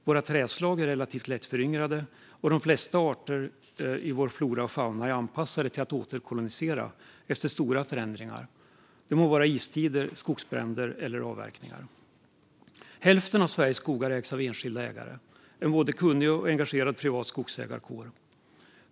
Våra trädslag är relativt lättföryngrade, och de flesta arter i vår flora och fauna är anpassade till att återkolonisera efter stora förändringar; det må vara istider, skogsbränder eller avverkningar. Hälften av Sveriges skogar ägs av enskilda ägare, en både kunnig och engagerad privat skogsägarkår.